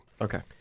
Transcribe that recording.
Okay